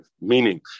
meaning